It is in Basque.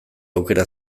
aukera